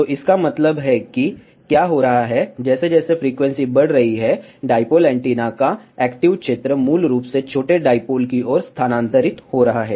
तो इसका मतलब है कि क्या हो रहा है जैसे जैसे फ्रीक्वेंसी बढ़ रही है डाईपोल एंटीना का एक्टिव क्षेत्र मूल रूप से छोटे डाईपोल की ओर स्थानांतरित हो रहा है